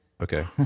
okay